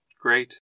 Great